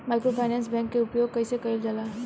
Microfinance bank के उपयोग कइसे कइल जाला?